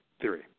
theory